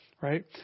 Right